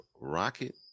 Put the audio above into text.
rocket